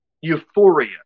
euphoria